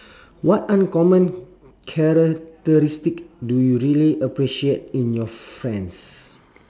what uncommon characteristic do you really appreciate in your friends